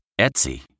Etsy